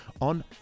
on